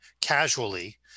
casually